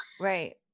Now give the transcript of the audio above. Right